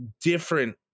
different